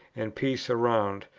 and peace around,